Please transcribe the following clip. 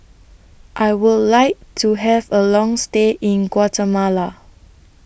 I Would like to Have A Long stay in Guatemala